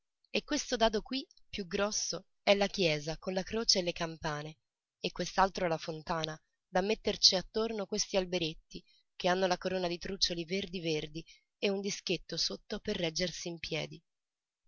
e questo dado qui più grosso è la chiesa con la croce e le campane e quest'altro la fontana da metterci attorno questi alberetti che hanno la corona di trucioli verdi verdi e un dischetto sotto per reggersi in piedi